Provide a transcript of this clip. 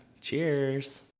cheers